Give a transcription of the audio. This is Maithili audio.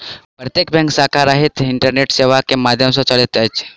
प्रत्यक्ष बैंक शाखा रहित इंटरनेट सेवा के माध्यम सॅ चलैत अछि